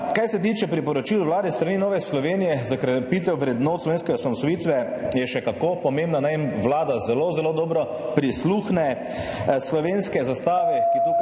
Kar se tiče priporočil Vladi s strani Nove Slovenije za krepitev vrednot slovenske osamosvojitve, so še kako pomembna, naj jim Vlada zelo zelo dobro prisluhne. Slovenske zastave, ki tukaj